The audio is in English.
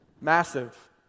Massive